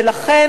ולכן,